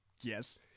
Yes